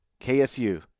KSU